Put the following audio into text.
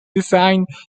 designed